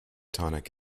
tonic